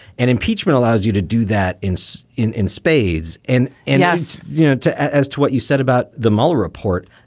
and impeachment allows you to do that. it's in in spades. and and as you know, as to what you said about the mueller report,